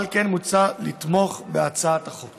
על כן, מוצע לתמוך בהצעת החוק.